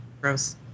Gross